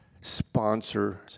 sponsor